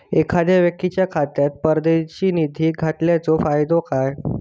एखादो व्यक्तीच्या खात्यात परदेशात निधी घालन्याचो फायदो काय?